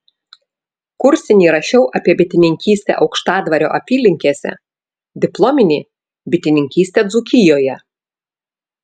kursinį rašiau apie bitininkystę aukštadvario apylinkėse diplominį bitininkystę dzūkijoje